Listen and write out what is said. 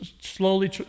slowly